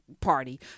party